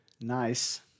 Nice